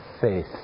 faith